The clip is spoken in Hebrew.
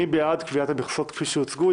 מי בעד קביעת המכסות כפי שהוצגו?